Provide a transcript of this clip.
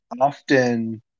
often